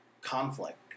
conflict